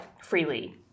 freely